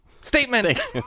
Statement